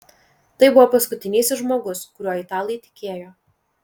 tai buvo paskutinysis žmogus kuriuo italai tikėjo